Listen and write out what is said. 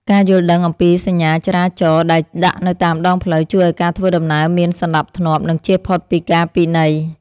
ការយល់ដឹងអំពីសញ្ញាចរាចរណ៍ដែលដាក់នៅតាមដងផ្លូវជួយឱ្យការធ្វើដំណើរមានសណ្ដាប់ធ្នាប់ និងជៀសផុតពីការពិន័យ។